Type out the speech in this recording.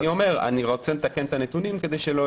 אני רוצה לתקן את הנתונים כדי שלא